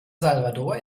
salvador